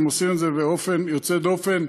והם עושים את זה באופן יוצא דופן.